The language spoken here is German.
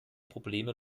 probleme